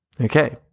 Okay